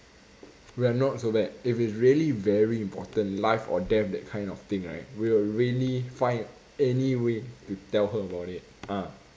we are not so bad if it is really very important life or death that kind of thing right we will really find any way to tell her about it ah